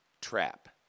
trap